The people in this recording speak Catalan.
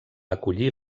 acollir